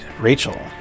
Rachel